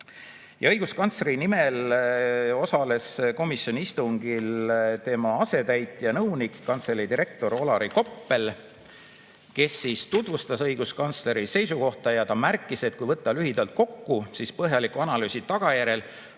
Õiguskantsleri nimel osales komisjoni istungil tema asetäitja-nõunik, kantselei direktor Olari Koppel, kes tutvustas õiguskantsleri seisukohta. Ta märkis, et kui võtta lühidalt kokku, siis põhjaliku analüüsi tagajärjel